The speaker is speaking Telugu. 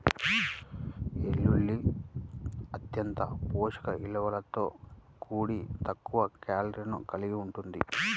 వెల్లుల్లి అత్యంత పోషక విలువలతో కూడి తక్కువ కేలరీలను కలిగి ఉంటుంది